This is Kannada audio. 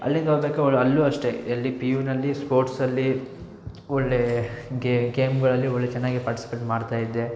ಅಲ್ಲಿಂದ ಹೋಗಬೇಕು ಅಲ್ಲೂ ಅಷ್ಟೇ ಎಲ್ಲಿ ಪಿ ಯುನಲ್ಲಿ ಸ್ಪೋರ್ಟ್ಸಲ್ಲಿ ಒಳ್ಳೆ ಗೇಮ್ಗಳಲ್ಲಿ ಒಳ್ಳೆ ಚೆನ್ನಾಗಿಯೇ ಪಾರ್ಟಿಸಿಪೇಟ್ ಮಾಡ್ತಾಯಿದ್ದೆ